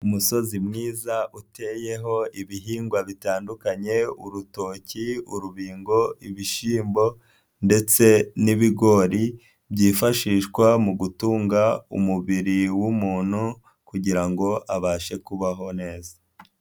Umusozi mwiza uteyeho ibihingwa bitandukanye, urutoki, urubingo, ibishyimbo ndetse n'ibigori. Byifashishwa mu gutunga umubiri w'umuntu, kugira ngo abashe kubaho neza.